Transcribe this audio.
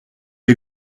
est